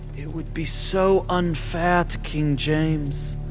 it would be so unfair to king james.